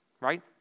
right